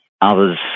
Others